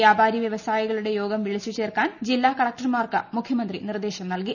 വൃാപാരി വൃവസായികളുടെ യോഗം വിളിച്ചുചേർക്കാൻ ജില്ലാ കലക്ടർമാർക്ക് മുഖ്യമന്ത്രി നിർദേശം നൽകി